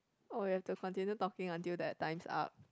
oh ya have to continue talking until their time's up